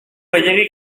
gehiegi